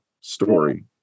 story